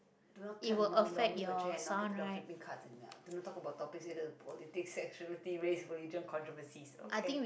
do not tap on~ do not move your chair or knock do not talk about topics related to politics sexuality race religion controversies okay